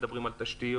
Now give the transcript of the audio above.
מדברים על תשתיות,